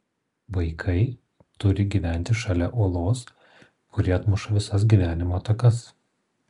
vaikai turi gyventi šalia uolos kuri atmuša visas gyvenimo atakas